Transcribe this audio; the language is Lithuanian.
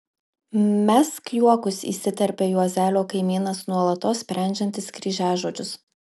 mesk juokus įsiterpia juozelio kaimynas nuolatos sprendžiantis kryžiažodžius